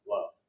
love